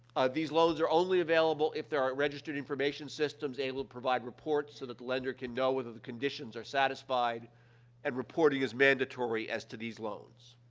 these loans are only available if there are registered information systems able to provide reports, so that the lender can know whether the conditions are satisfied and reporting as mandatory as to these loans.